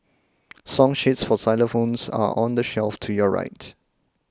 song sheets for xylophones are on the shelf to your right